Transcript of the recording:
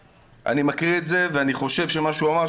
אני מקריא את זה ואני חושב שמה שהוא אמר,